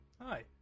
hi